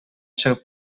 чыгып